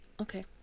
okay